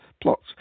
plots